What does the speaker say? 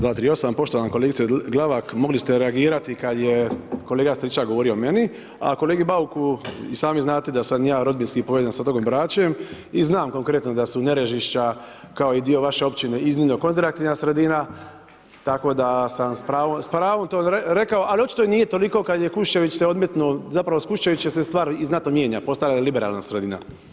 238. poštovana kolegice Glavak, mogli ste reagirati kad je kolega Stričak govorio o meni, a kolegi Bauku, i sami znate da sam ja rodbinski povezan sa otokom Bračem i znam da su konkretno Nerežišća, kao i dio vaše općine, iznimno konzervativna sredina, tako da sam s pravom, s pravom to rekao, ali očito i nije toliko kad je Kuščević se odmetnuo, zapravo s Kuščevićem se stvar i znatno mijenja, postaje liberalna sredina.